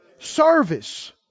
Service